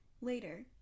Later